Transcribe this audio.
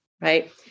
Right